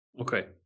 Okay